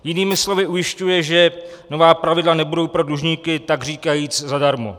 Jinými slovy ujišťuje, že nová pravidla nebudou pro dlužníky takříkajíc zadarmo.